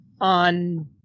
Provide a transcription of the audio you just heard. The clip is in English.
on